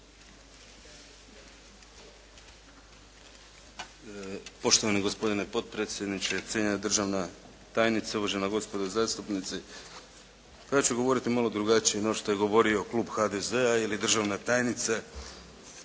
Poštovani gospodine potpredsjedniče, cijenjena državna tajnice, uvažena gospodo zastupnici. Ja ću govoriti malo drugačije, no što je govorio klub HDZ-a ili državna tajnica.